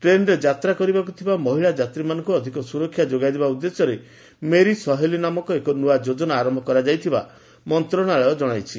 ଟ୍ରେନ୍ରେ ଯାତ୍ରା କରିବାକୁ ଥିବା ମହିଳା ଯାତ୍ରୀମାନଙ୍କୁ ଅଧିକ ସ୍ୱରକ୍ଷା ଯୋଗାଇଦେବା ଉଦ୍ଦେଶ୍ୟରେ 'ମେରି ସହେଲି' ନାମକ ଏକ ନୂଆ ଯୋଜନା ଆରମ୍ଭ କରାଯାଇଥିବାର ମନ୍ତ୍ରଣାଳୟ କଣାଇଛି